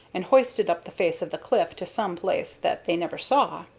and hoisted up the face of the cliff to some place that they never saw.